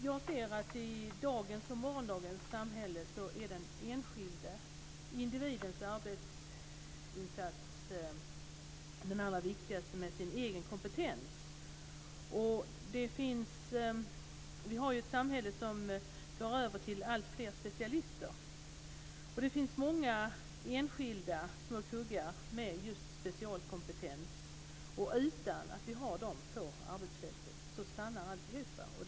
Jag anser att i dagens och morgondagens samhälle är det den enskilde individen med dess arbetsinsats och egen kompetens som är det allra viktigaste. Vi har ju ett samhälle som går över till alltfler specialister, och det finns många enskilda kuggar som kräver just specialkompetens. Utan att vi har dem på arbetsfältet stannar alltihop.